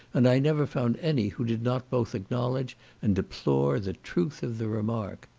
and i never found any who did not both acknowledge and deplore the truth of the remark.